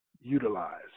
utilize